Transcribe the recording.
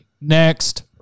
Next